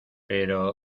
pero